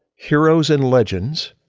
heroes and legends,